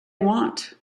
want